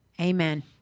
Amen